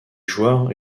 joueurs